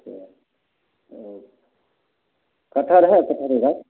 अच्छा ओ कठहर है कठहरके गाछ